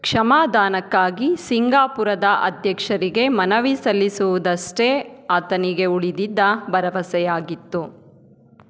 ಕ್ಷಮಾದಾನಕ್ಕಾಗಿ ಸಿಂಗಾಪುರದ ಅಧ್ಯಕ್ಷರಿಗೆ ಮನವಿ ಸಲ್ಲಿಸುವುದಷ್ಟೇ ಆತನಿಗೆ ಉಳಿದಿದ್ದ ಭರವಸೆಯಾಗಿತ್ತು